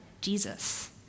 Jesus